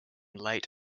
late